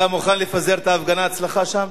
אתה מוכן לפזר את ההפגנה אצלך שם?